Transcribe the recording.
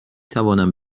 توانم